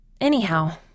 Anyhow